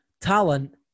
talent